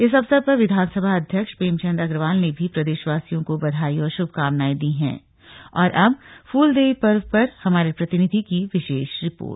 इस अवसर पर विधानसभा अध्यक्ष प्रेम चंद अग्रवाल ने भी प्रदेशवासियों को बधाई और शुभकामनाएं दी है और अब फूल देई पर्व पर हमारे प्रतिनिधि की विशेष रिपोर्ट